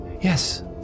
Yes